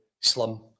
slum